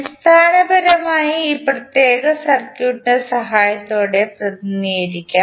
അടിസ്ഥാനപരമായി ഈ പ്രത്യേക സർക്യൂട്ടിൻറെ സഹായത്തോടെ പ്രതിനിധീകരിക്കാം